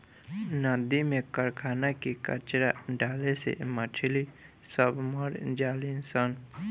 नदी में कारखाना के कचड़ा डाले से मछली सब मर जली सन